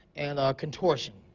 and contortion.